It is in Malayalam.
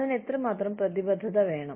അതിന് എത്രമാത്രം പ്രതിബദ്ധത വേണം